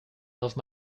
love